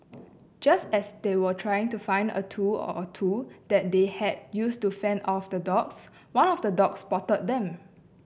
just as they were trying to find a tool or two that they had use to fend off the dogs one of the dogs spotted them